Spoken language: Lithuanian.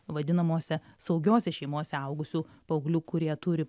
vadinamose saugiose šeimose augusių paauglių kurie turi